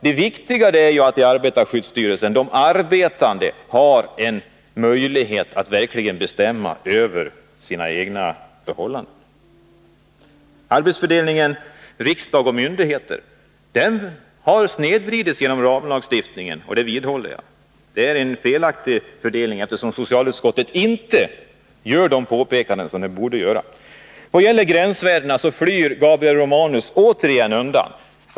Det viktiga är ju att de arbetande har möjlighet att verkligen bestämma över sina egna förhållanden. Arbetsfördelningen mellan riksdag och myndigheter har snedvridits genom ramlagstiftningen, det vidhåller jag. Det är en felaktig fördelning, eftersom socialutskottet inte gör de påpekanden som det borde göra. Vad gäller gränsvärdena flyr Gabriel Romanus återigen undan.